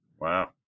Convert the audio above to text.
Wow